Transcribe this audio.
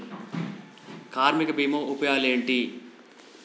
కార్మిక బీమా ఉపయోగాలేంటి?